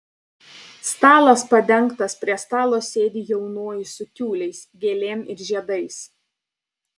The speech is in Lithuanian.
stalas padengtas prie stalo sėdi jaunoji su tiuliais gėlėm ir žiedais